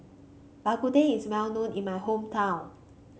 Bak Kut Teh is well known in my hometown